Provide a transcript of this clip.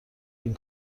این